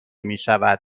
میشود